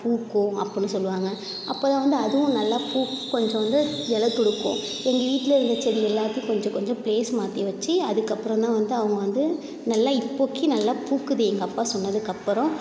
பூக்கும் அப்படின்னு சொல்வாங்க அப்போ தான் வந்து அதுவும் நல்லா பூ கொஞ்சம் வந்து எலை துளுர்க்கும் எங்கள் வீட்டில் இருந்த செடி எல்லாத்தையும் கொஞ்சம் கொஞ்சம் ப்ளேஸ் மாற்றி வெச்சு அதுக்கப்பறம் தான் வந்து அவங்க வந்து நல்லா இப்போதிக்கு நல்லா பூக்குது எங்கள் அப்பா சொன்னதுக்கு அப்பறம்